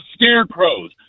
scarecrows